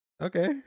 okay